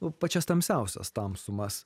į pačias tamsiausias tamsumas